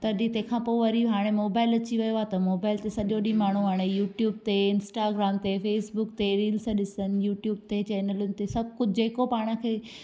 तॾहिं तंहिंखां पोइ वरी हाणे मोबाइल अची वियो आहे त मोबाइल ते सॼो ॾींहुं माण्हू हाणे यूट्यूब ते इंस्टाग्राम ते फेसबुक ते रील्स ॾिसनि यूट्यूब ते